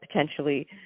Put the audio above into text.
potentially